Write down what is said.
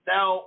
Now